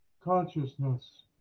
consciousness